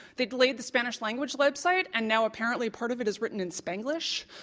they delayed the spanish language website, and now apparently part of it is written in spanglish.